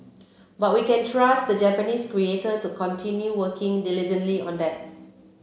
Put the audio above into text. but we can trust the Japanese creator to continue working diligently on that